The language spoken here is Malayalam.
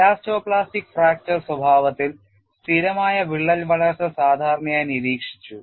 എലാസ്റ്റോ പ്ലാസ്റ്റിക് ഫ്രാക്ചർ സ്വഭാവത്തിൽ സ്ഥിരമായ വിള്ളൽ വളർച്ച സാധാരണയായി നിരീക്ഷിച്ചു